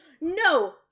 No